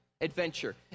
adventure